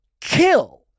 kill